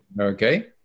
Okay